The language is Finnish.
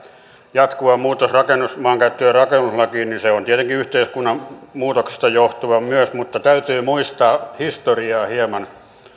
jatkuva muutos maankäyttö ja rakennuslakiin on tietenkin yhteiskunnan muutoksista johtuvaa myös mutta täytyy muistaa historiaa hieman